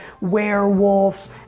werewolves